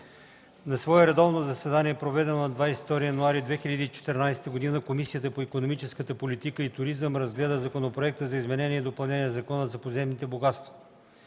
На свое редовно заседание, проведено на 22 януари 2014 г., Комисията по икономическата политика и туризъм разгледа Законопроекта за изменение и допълнение на Закона за подземните богатства.